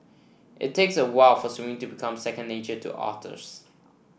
it takes a while for swimming to become second nature to otters